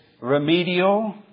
remedial